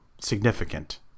significant